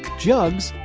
jugs,